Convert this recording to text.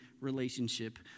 relationship